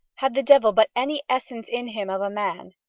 had the devil but any essence in him of a man,